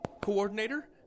coordinator